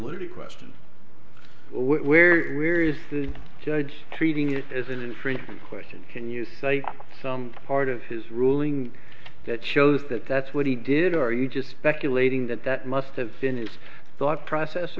liberty questions where is the judge treating it as an infringement question can you cite some part of his ruling that shows that that's what he did or you just speculating that that must have finished thought process